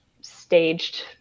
staged